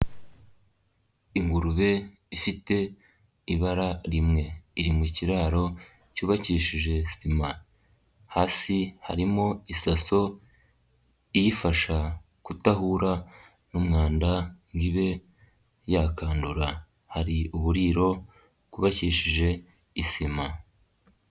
Ingurube ifite ibara rimwe, iri mu kiraro cyubakishije sima, hasi harimo isaso iyifasha kudahura n'umwanda ngo ibe yakandora, hari uburiro bwubakishije isima.